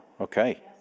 okay